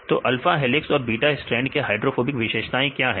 तो alpha helix और beta strand के हाइड्रोफोबिक विशेषताएं क्या हैं